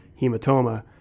hematoma